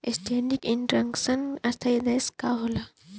Standing instruction स्थाई आदेश का होला?